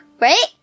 right